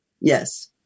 Yes